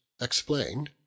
explain